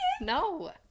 No